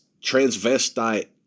transvestite